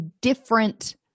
different